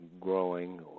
growing